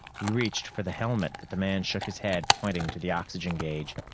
he reached for the helmet, but the man shook his head, pointing to the oxygen gauge.